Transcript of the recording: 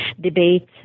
debate